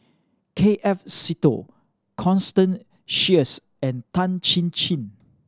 K F Seetoh Constance Sheares and Tan Chin Chin